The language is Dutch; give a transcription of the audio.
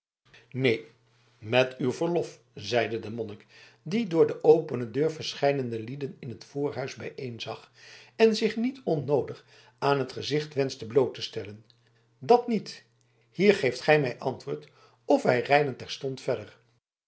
neen met uw verlof zeide de monnik die door de opene deur verscheidene lieden in het voorhuis bijeen zag en zich niet onnoodig aan het gezicht wenschte bloot te stellen dat niet hier geeft gij mij antwoord of wij rijden terstond verder